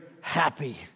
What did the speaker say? happy